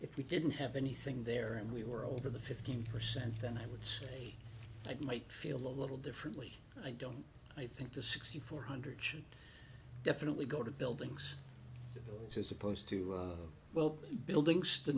if we didn't have anything there and we were over the fifteen percent then i would say that might feel a little differently i don't i think the sixty four hundred should definitely go to buildings as opposed to well buildings to